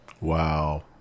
Wow